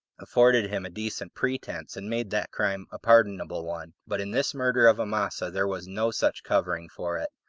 afforded him a decent pretense, and made that crime a pardonable one but in this murder of amasa there was no such covering for it.